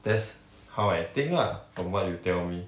that's how I think lah from what you tell me